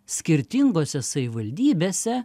skirtingose savivaldybėse